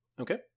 Okay